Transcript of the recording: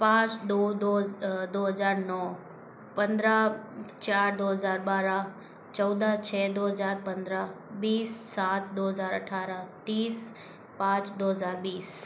पाँच दो दो दो हज़ार नौ पंद्रह चार दो हज़ार बारह चौदह छः दो हज़ार पंद्रह बीस सात दो हज़ार अट्ठारह तीस पाँच दो हज़ार बीस